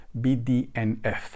bdnf